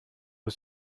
ist